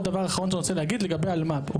דבר אחרון שאני רוצה להגיד לגבי אלמ"ב.